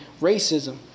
racism